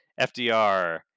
FDR